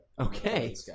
Okay